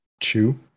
chew